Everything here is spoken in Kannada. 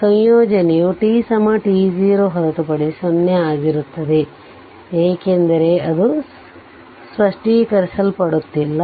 ಆದ್ದರಿಂದ ಸಂಯೋಜನೆಯು t t0 ಹೊರತುಪಡಿಸಿ 0 ಆಗಿರುತ್ತದೆ ಏಕೆಂದರೆ ಅದು ಸ್ಪಷ್ಟೀಕರಿಸಲ್ಪಟ್ಟಿಲ್ಲ